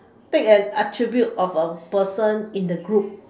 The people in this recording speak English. take an attribute of a person in the group